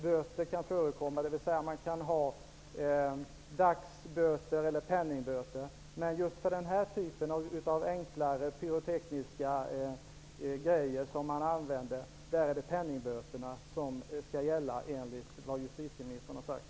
Böter kan förekomma, dvs. dags eller penningböter. Men just för den här typen av enklare pyrotekniska artiklar är det fråga om penningböter, enligt justitieministern.